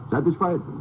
Satisfied